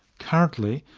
currently,